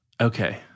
Okay